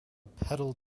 pedal